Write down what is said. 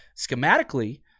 schematically